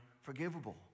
forgivable